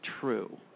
true